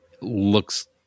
looks